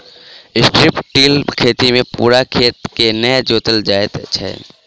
strip till खेती मे पूरा खेत के नै जोतल जाइत छै